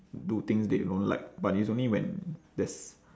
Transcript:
do things they don't like but it's only when there's